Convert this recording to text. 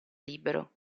libero